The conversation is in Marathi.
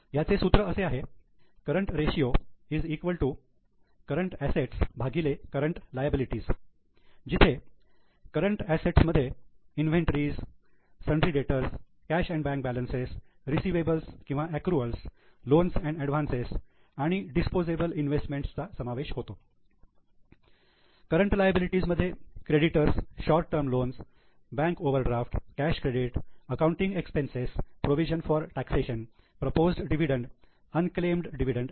current assets current ratio current liability जिथे current assets inventory sundry debtors cash and bank balance Cash Bank balances receivables accrual Receivables Accruals loans and advance Loans Advances disposable investment current liability creditors short term loans bank overdraft cash credit outstanding expenses provision for taxation proposed dividend unclaimed dividend